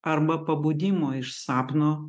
arba pabudimo iš sapno